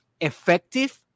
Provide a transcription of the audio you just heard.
effective